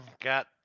got